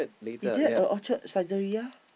is there a Orchard Saizeriya